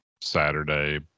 Saturday